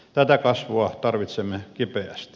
tätä kasvua tarvitsemme kipeästi